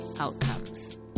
outcomes